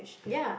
ya